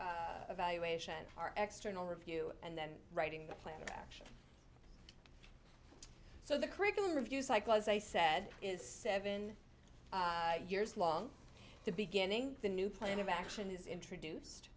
evaluation our extra review and then writing the plan of action so the curriculum review cycle as i said is seven years long the beginning the new plan of action is introduced